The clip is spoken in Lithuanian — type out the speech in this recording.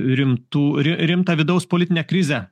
rimtų ri rimtą vidaus politinę krizę